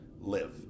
Live